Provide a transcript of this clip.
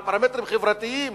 על פרמטרים חברתיים